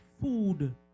food